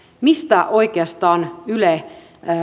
mistä oikeastaan yle